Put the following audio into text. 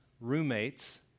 roommates